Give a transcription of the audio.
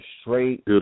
straight